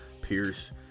Pierce